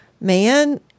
Man